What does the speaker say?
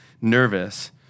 nervous